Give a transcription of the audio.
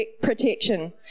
protection